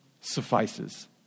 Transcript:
suffices